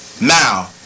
now